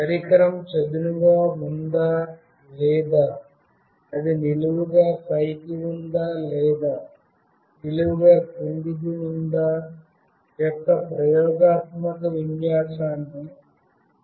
పరికరం చదునుగా ఉందా లేదా అది నిలువుగా పైకి ఉందా లేదా నిలువుగా క్రిందికి ఉందా యొక్క ప్రయోగాత్మక విన్యాసాన్ని నేను మీకు చూపిస్తాను